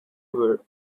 were